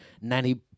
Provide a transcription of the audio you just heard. Nanny